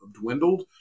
dwindled